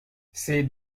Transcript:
ces